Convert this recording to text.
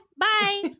bye